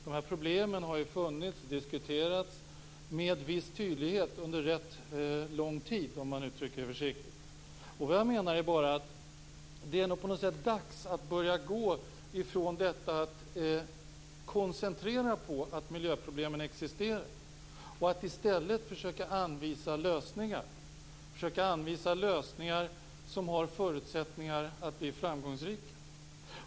De här problemen har funnits och diskuterats med viss tydlighet under rätt lång tid, om man uttrycker det försiktigt. Vad jag menar är bara att det på något sätt är dags att börja gå från detta att koncentrera sig på att miljöproblemen existerar till att i stället försöka anvisa lösningar som har förutsättningar att bli framgångsrika.